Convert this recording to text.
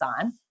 on